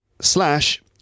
slash